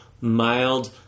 mild